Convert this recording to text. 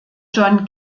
john